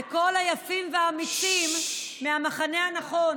לכל היפים והאמיצים מהמחנה הנכון